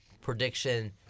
prediction